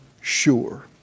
sure